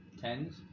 tens